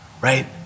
right